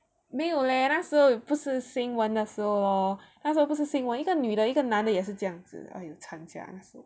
没有 leh 那时候不是新闻的时候 lor 那时候不是新闻一个女的一个男的也是这样子 !aiyo! 惨 sia